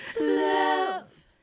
Love